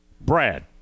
brad